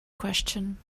question